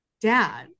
dad